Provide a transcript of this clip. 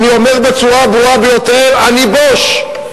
אני אומר בצורה הברורה ביותר: אני בוש.